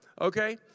okay